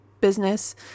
business